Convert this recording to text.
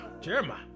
Jeremiah